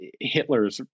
Hitler's